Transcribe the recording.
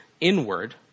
inward